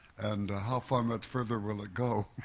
and how far much further will it go?